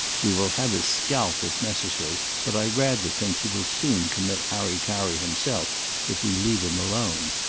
we will have his scalp if necessary, but i rather think he will soon commit hari-kari himself if we leave him alone.